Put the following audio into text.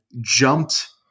jumped